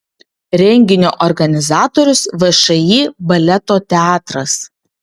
renginio organizatorius všį baleto teatras